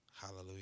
Hallelujah